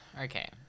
Okay